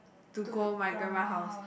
to go my grandma house